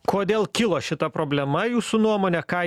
kodėl kilo šita problema jūsų nuomone ką